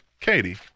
Katie